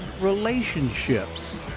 relationships